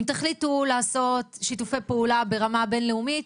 אם תחליטו לעשות שיתופי פעולה ברמה בינלאומית,